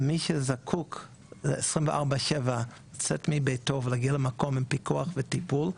למי שזקוק 24/7 לצאת מביתו ולהגיע למקום עם פיקוח וטיפול,